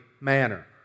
manner